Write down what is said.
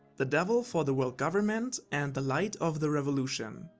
the devil for the world government and the light of the revolution.